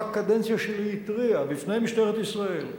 בקדנציה שלי, התריע בפני משטרת ישראל,